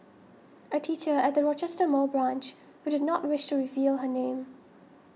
a teacher at the Rochester Mall branch who did not wish to reveal her name